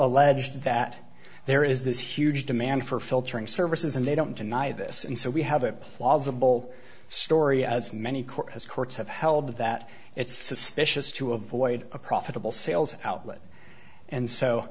a ledge that there is this huge demand for filtering services and they don't deny this and so we have a plausible story as many court has courts have held that it's suspicious to avoid a profitable sales outlet and so